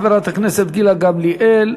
חברת הכנסת גילה גמליאל.